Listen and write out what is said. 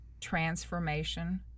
transformation